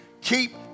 Keep